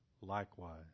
likewise